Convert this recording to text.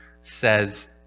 says